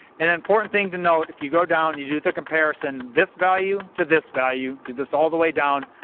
and important thing to note, if you go down and you do the comparison, this value to this value, do this all the way down,